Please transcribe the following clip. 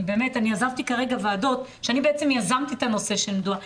אני עזבתי כרגע ועדות שאני בעצם יזמתי את הנושא שמדובר שם,